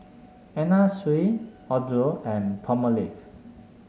Anna Sui Odlo and Palmolive